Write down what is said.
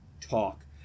Talk